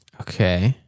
Okay